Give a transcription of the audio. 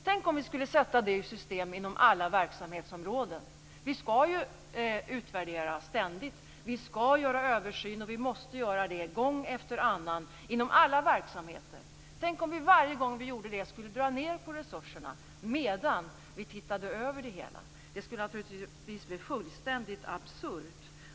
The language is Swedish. Tänk om vi skulle sätta det i system inom alla verksamhetsområden. Vi skall ju ständigt utvärdera. Vi skall göra översyner. Vi måste göra det gång efter annan inom alla verksamheter. Tänk om vi varje gång vi såg över verksamheten skulle dra ned på resurserna. Det skulle naturligtvis bli fullständigt absurt.